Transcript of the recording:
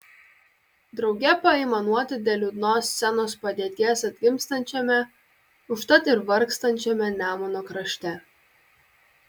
drauge paaimanuoti dėl liūdnos scenos padėties atgimstančiame užtat ir vargstančiame nemuno krašte